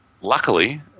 luckily